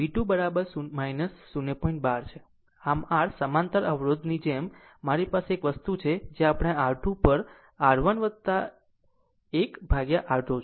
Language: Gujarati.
આમ r સમાંતર અવરોધ અવરોધની જેમ મારી પાસે એક જ વસ્તુ છે જે આપણે r 2 પર r 1 1 ભાગ્યા r 2 છે